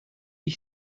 ich